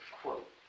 quote